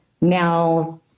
Now